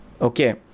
Okay